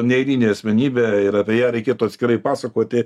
neeilinė asmenybė ir apie ją reikėtų atskirai pasakoti